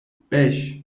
beş